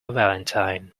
valentine